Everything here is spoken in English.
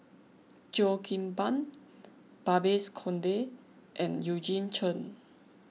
Cheo Kim Ban Babes Conde and Eugene Chen